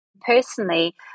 Personally